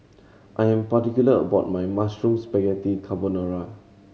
I'm particular about my Mushroom Spaghetti Carbonara